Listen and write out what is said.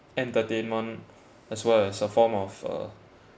entertainment as well as a form of uh